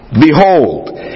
Behold